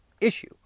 issue